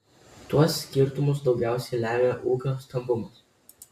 tuos skirtumus daugiausiai lemia ūkio stambumas